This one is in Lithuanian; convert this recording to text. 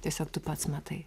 tiesiog tu pats matai